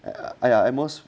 I I I most